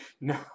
No